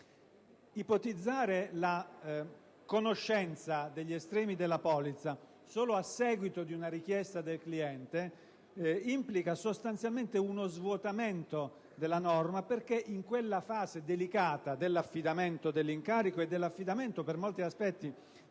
polizza vengano resi noti solo a seguito di una richiesta del cliente implica sostanzialmente uno svuotamento della norma, perché in quella fase delicata dell'affidamento dell'incarico e dell'affidamento, per molti aspetti,